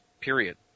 period